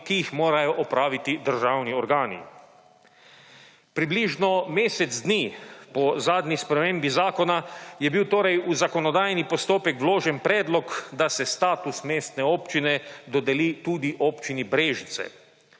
ki jih morajo opraviti državni organi. Približno mesec dni po zadnji spremembi zakona je bil torej v zakonodajni postopek vložen predlog, da se status mestne občine dodeli tudi občini Brežice.